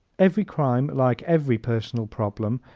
every crime, like every personal problem,